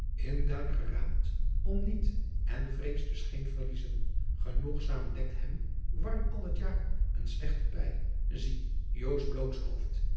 in duin geraapt om niet en vreest dus geen verliezen ghenoegzaam dekt hem warm al t jaar een slechte py ziet